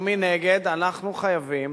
ומנגד, אנחנו חייבים